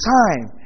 time